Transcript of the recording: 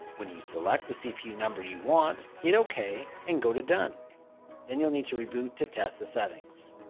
when you select the cpu number you want hit ok and go to done then you'll need to reboot to test the settings.